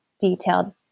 detailed